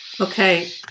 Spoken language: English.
Okay